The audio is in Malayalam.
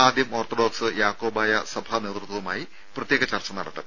ആദ്യം ഓർത്തഡോക്സ് യാക്കോബായ സഭാ നേതൃത്വവുമായി പ്രത്യേക ചർച്ച നടത്തും